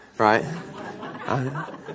Right